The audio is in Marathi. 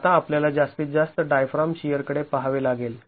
आता आपल्याला जास्तीत जास्त डायफ्राम शिअरकडे पहावे लागेल